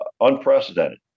unprecedented